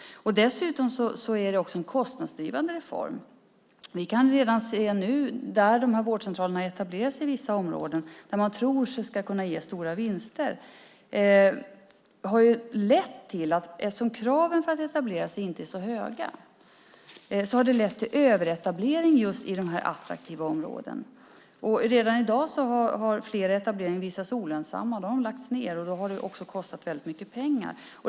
Dessutom är det en kostnadsdrivande reform. Vi kan redan nu se att de här vårdcentralerna har etablerat sig i vissa områden där man tror att de ska kunna ge stora vinster. Eftersom kraven att etablera sig inte är så höga har det lett till överetablering i attraktiva områden. Redan i dag har flera etableringar visat sig olönsamma, och då har vårdcentralerna lagts ned. Då har det kostat väldigt mycket pengar.